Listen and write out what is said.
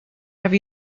have